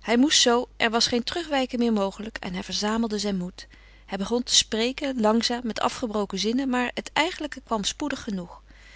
hij moest zoo er was geen terugwijken meer mogelijk en hij verzamelde zijn moed hij begon te spreken langzaam met afgebroken zinnen maar het eigenlijke kwam spoedig genoeg